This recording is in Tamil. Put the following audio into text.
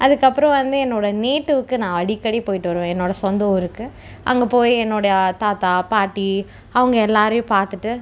அதுக்கப்புறம் வந்து என்னோட நேட்டிவ்க்கு நான் அடிக்கடி போய்விட்டு வருவேன் என்னோட சொந்த ஊருக்கு அங்கே போய் என்னோடைய தாத்தா பாட்டி அவங்க எல்லாரையும் பார்த்துட்டு